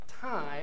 time